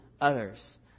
others